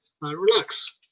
relax